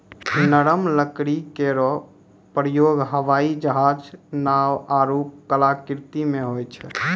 नरम लकड़ी केरो प्रयोग हवाई जहाज, नाव आरु कलाकृति म होय छै